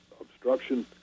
obstruction